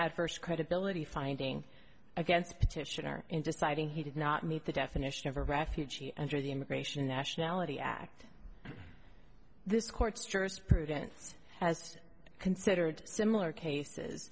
adverse credibility finding against petitioner in deciding he did not meet the definition of a refugee under the immigration nationality act this court's jurisprudence has considered similar cases